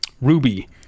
ruby